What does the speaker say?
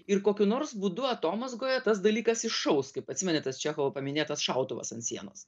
ir kokiu nors būdu atomazgoje tas dalykas iššaus kaip atsimeni tas čechovo paminėtas šautuvas ant sienos